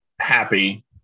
Happy